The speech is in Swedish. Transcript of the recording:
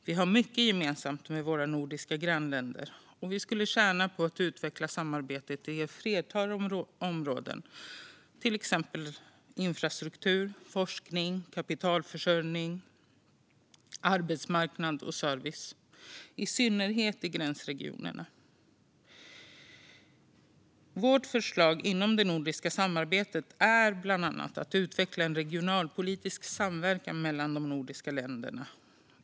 Vi har mycket gemensamt med våra nordiska grannländer och skulle tjäna på att utveckla samarbetet inom ett flertal områden, till exempel infrastruktur, forskning, kapitalförsörjning, arbetsmarknad och service - i synnerhet i gränsregionerna. Vårt förslag inom det nordiska samarbetet är bland annat att utveckla en regionalpolitisk samverkan mellan de nordiska länderna.